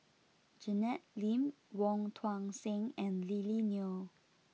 Janet Lim Wong Tuang Seng and Lily Neo